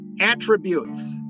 attributes